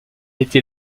été